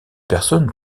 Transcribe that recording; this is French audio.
personnes